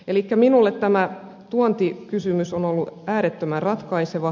elikkä minulle tämä tuontikysymys on ollut äärettömän ratkaiseva